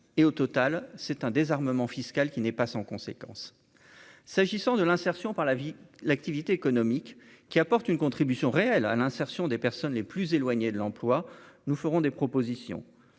et au total, c'est un désarmement fiscal qui n'est pas sans conséquences s'agissant de l'insertion par la vie, l'activité économique qui apporte une contribution réelle à l'insertion des personnes les plus éloignées de l'emploi, nous ferons des propositions